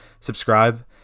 subscribe